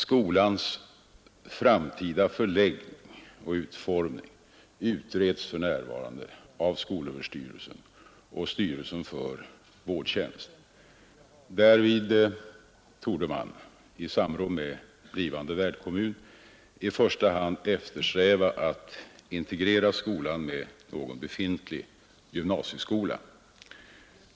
Skolans framtida förläggning och utformning utreds för närvarande av skolöverstyrelsen och styrelsen för vårdtjänst. Därvid torde man i samråd med blivande värdkommun i första hand eftersträva att integrera skolan med någon befintlig gymnasieskola.